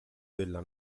della